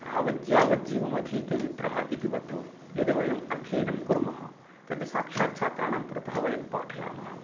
यावत् यावज्जीवमधीते विप्रः इति वत् यत् वयम् अध्ययनं कूर्मः तद् साक्षात् छात्राणां पुरतः वयं पाठयामः